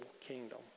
kingdom